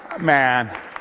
Man